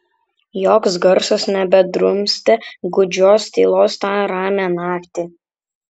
joks garsas nebedrumstė gūdžios tylos tą ramią naktį